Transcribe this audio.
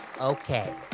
okay